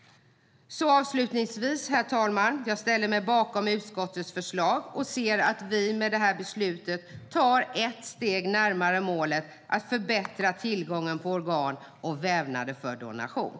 Herr talman! Jag ställer mig avslutningsvis bakom utskottets förslag och ser att vi med beslutet tar ett steg närmare målet att förbättra tillgången på organ och vävnader för donation.